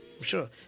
Sure